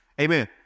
amen